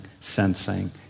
sensing